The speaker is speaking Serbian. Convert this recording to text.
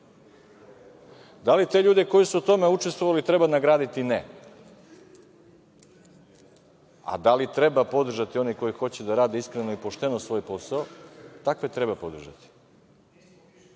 Da li te ljude koji su u tome učestvovali treba nagraditi? Ne. Da li treba podržati one koji hoće da rade iskreno i pošteno svoj posao? Takve treba podržati. Spominje